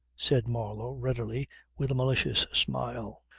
said marlow readily with a malicious smile.